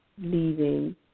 leaving